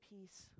peace